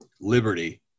Liberty